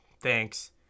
thanks